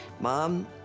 Mom